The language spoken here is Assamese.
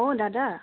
অঁ দাদা